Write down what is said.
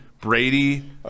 Brady